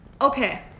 okay